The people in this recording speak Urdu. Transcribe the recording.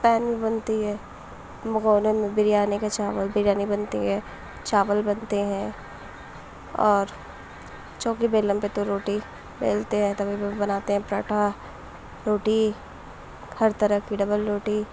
پین بنتی ہے بگونے میں بریانی کا چاول بریانی بنتی ہے چاول بنتے ہیں اور چوکی بیلن پہ تو روٹی بیلتے ہیں توے پہ بھی بناتے ہیں پراٹھا روٹی ہر طرح کی ڈبل روٹی